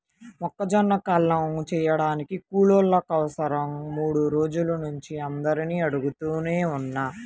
మొక్కజొన్న కల్లం చేయడానికి కూలోళ్ళ కోసరం మూడు రోజుల నుంచి అందరినీ అడుగుతనే ఉన్నా